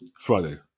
Friday